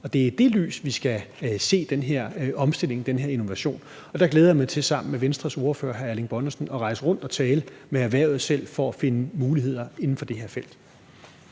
Det er i det lys, vi skal se den her omstilling, den her innovation, og der glæder jeg mig til sammen med Venstres ordfører, hr. Erling Bonnesen, at rejse rundt og tale med erhvervet selv for at finde muligheder inden for det her felt.